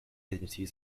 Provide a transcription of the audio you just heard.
agencies